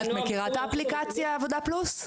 האם את מכירה את אפליקציה "עבודה פלוס"?